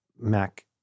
Mac